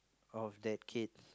of that kids